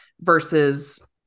versus